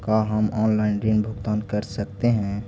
का हम आनलाइन ऋण भुगतान कर सकते हैं?